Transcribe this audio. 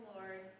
Lord